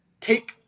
Take